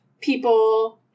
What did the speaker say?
people –